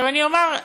אני אומר,